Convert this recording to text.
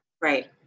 right